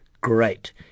great